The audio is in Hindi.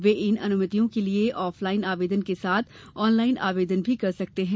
वे इन अनुमतियों के लिये ऑफलाइन आवेदन के साथ आनलाइन आवेदन भी कर सकते है